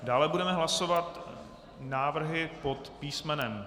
Dále budeme hlasovat návrhy pod písm.